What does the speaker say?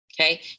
Okay